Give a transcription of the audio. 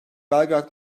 belgrad